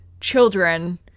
children